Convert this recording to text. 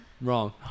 Wrong